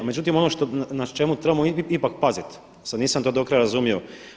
Međutim ono što, na čemu trebamo ipak paziti sad nisam to do kraja razumio.